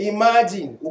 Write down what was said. Imagine